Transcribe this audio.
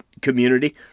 community